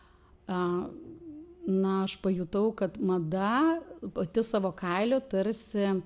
a na aš pajutau kad mada pati savo kailiu tarsi